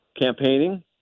campaigning